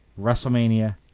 Wrestlemania